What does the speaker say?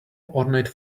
ornate